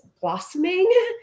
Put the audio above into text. blossoming